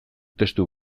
testu